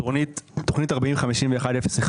תוכנית 05-51-04